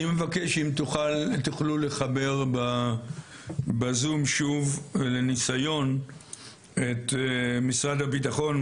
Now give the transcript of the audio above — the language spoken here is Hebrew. אני מבקש אם תוכלו לחבר בזום שוב לניסיון את משרד הביטחון,